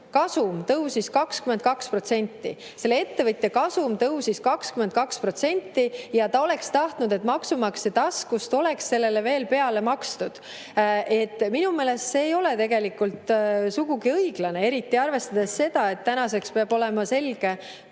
kasum tõusis 22%. Selle ettevõtja kasum tõusis 22% ja ta oleks tahtnud, et maksumaksja taskust oleks sellele veel peale makstud. Minu meelest see ei ole sugugi õiglane, eriti arvestades seda, et tänaseks peab olema selge